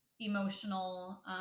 Emotional